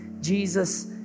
Jesus